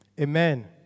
Amen